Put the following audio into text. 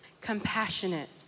compassionate